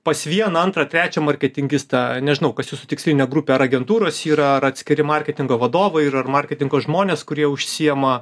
pas vieną antrą trečią marketingistą nežinau kas jūsų tikslinė grupė ar agentūros yra ar atskiri marketingo vadovai ir ar marketingo žmonės kurie užsiema